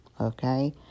Okay